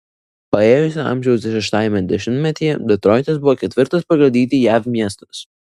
paėjusio amžiaus šeštajame dešimtmetyje detroitas buvo ketvirtas pagal dydį jav miestas